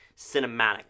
cinematic